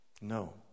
No